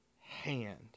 hand